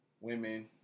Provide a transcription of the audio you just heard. women